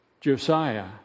Josiah